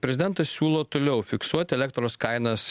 prezidentas siūlo toliau fiksuoti elektros kainas